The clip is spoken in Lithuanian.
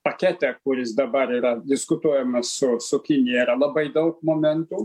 pakete kuris dabar yra diskutuojamas su su kinija yra labai daug momentų